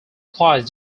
applies